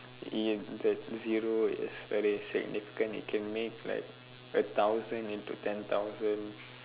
uh yes zero is very significant it can make like a thousand into ten thousand